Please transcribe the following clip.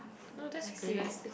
oh that's great